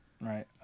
Right